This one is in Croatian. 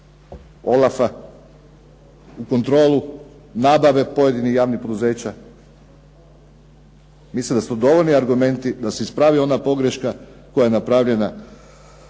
Olafa u kontrolu nabave pojedinih javnih poduzeća. Mislim da smo dovoljni argumenti da se ispravi ona pogreška koja je napravljena